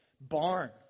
barn